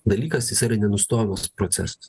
dalykas jis yra nenustojamas procesas